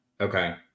Okay